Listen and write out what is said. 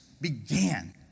Began